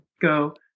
go